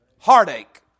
Heartache